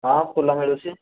ହଁ ଫୁଲ ମିଳୁଛି